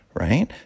right